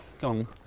gone